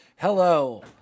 Hello